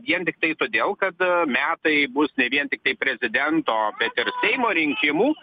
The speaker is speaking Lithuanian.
vien tiktai todėl kad a metai bus ne vien tiktai prezidento bet ir seimo rinkimų